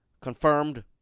confirmed